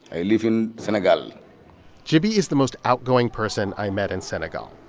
i live in senegal jabi is the most outgoing person i met in senegal,